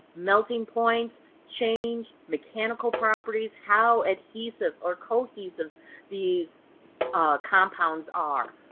melting point change, mechanical properties, how adhesive or cohesive these compounds are.